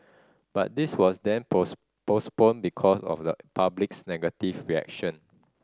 but this was then post postponed because of the public's negative reaction